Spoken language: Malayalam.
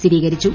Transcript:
സ്ഥിരീകരിച്ചു